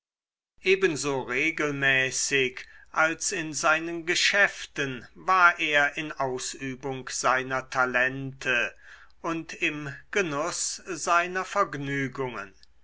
ebenso regelmäßig als in seinen geschäften war er in ausübung seiner talente und im genuß seiner vergnügungen